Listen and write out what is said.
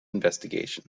investigation